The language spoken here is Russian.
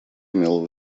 имел